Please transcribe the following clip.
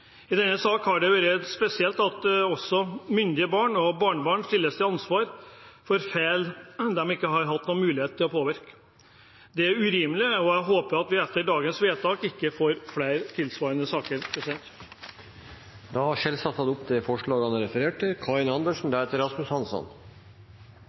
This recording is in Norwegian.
I denne sak har det vært spesielt at også myndige barn og barnebarn stilles til ansvar for feil de ikke har hatt noen mulighet til å påvirke. Det er urimelig, og jeg håper at vi etter dagens vedtak ikke får flere tilsvarende saker. Representanten André N. Skjelstad har tatt opp det forslaget han refererte til.